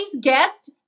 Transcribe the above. guest